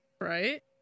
Right